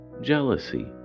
jealousy